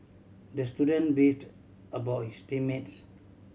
the student beefed about his team mates